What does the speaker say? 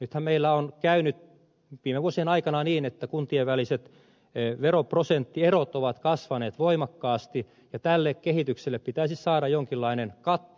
nythän meillä on käynyt viime vuosien aikana niin että kuntien väliset veroprosenttierot ovat kasvaneet voimakkaasti ja tälle kehitykselle pitäisi saada jonkinlainen katto